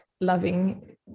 loving